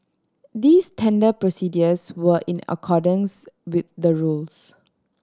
these tender procedures were in accordance with the rules